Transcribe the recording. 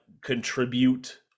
contribute